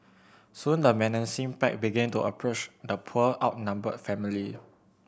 soon the menacing pack began to approach the poor outnumbered family